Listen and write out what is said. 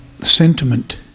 sentiment